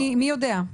מי יודע?